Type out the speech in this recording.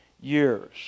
years